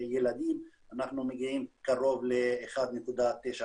ילדים, אנחנו מגיעים קרוב ל-1.9%.